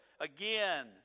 again